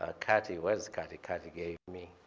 ah katie, where's katie? katie gave me.